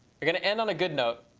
we're going to end on a good note.